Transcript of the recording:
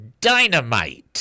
dynamite